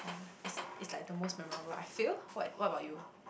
yeah it's it's like the most memorable I feel what what about you